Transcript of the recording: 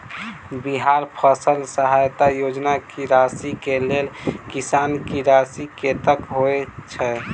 बिहार फसल सहायता योजना की राशि केँ लेल किसान की राशि कतेक होए छै?